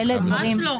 ממש לא.